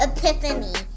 Epiphany